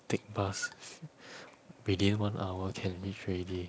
take bus fa~ within one hour can reach already